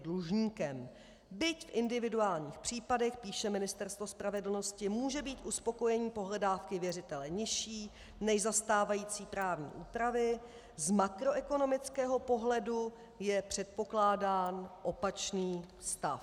Byť v individuálních případech, píše Ministerstvo spravedlnosti, může být uspokojení pohledávky věřitele nižší než za stávající právní úpravy, z makroekonomického pohledu je předpokládán opačný stav.